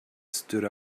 stood